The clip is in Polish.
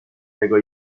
tego